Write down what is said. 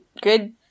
good